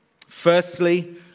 Firstly